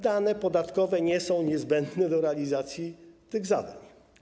Dane podatkowe nie są niezbędne do realizacji tych zadań.